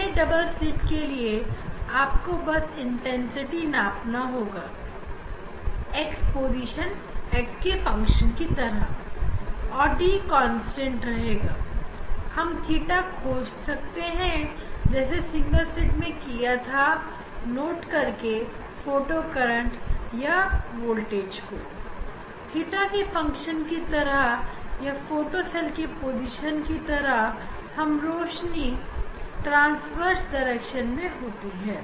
पहले double slit के लिए आपको बस तीव्रता नापना होगा x के फंक्शन के तरह और d कांस्टेंट रहेगा हम थीटा खोज सकते हैं जैसे सिंगल स्लिट मैं किया था नोट करके फोटो करंट या वोल्टेज theta की फंक्शन की तरह या फोटो सेल पोजीशन के फंक्शन की तरह जब रोशनी ट्रांसवर्स दिशा में होती है